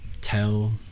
tell